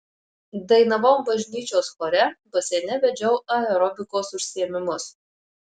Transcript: dainavau bažnyčios chore baseine vedžiau aerobikos užsiėmimus